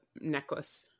necklace